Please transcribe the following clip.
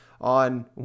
on